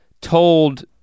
told